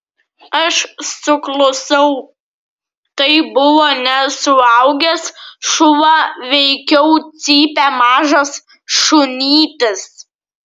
aš suklusau tai buvo ne suaugęs šuva veikiau cypė mažas šunytis